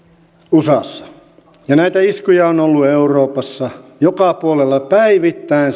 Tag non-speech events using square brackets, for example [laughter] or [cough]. usassa ja näitä iskuja on ollut euroopassa joka puolella päivittäin [unintelligible]